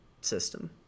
system